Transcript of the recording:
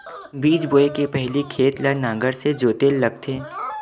बीज बोय के पहिली खेत ल नांगर से जोतेल लगथे?